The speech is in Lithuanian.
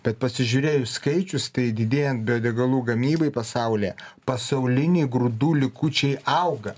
bet pasižiūrėjus skaičius tai didėjant biodegalų gamybai pasaulyje pasauliniai grūdų likučiai auga